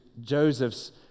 Joseph's